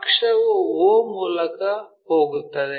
ಅಕ್ಷವು o ಮೂಲಕ ಹೋಗುತ್ತದೆ